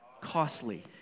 costly